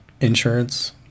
insurance